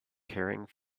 carrying